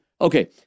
Okay